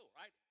right